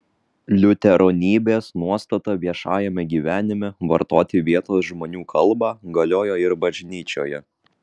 liuteronybės nuostata viešajame gyvenime vartoti vietos žmonių kalbą galiojo ir bažnyčioje